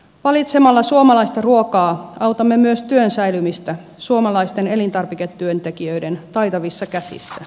valitsemalla suomalaista ruokaa autamme myös työn säilymistä suomalaisten elintarviketyöntekijöiden taitavissa käsissä